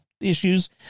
issues